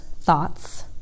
thoughts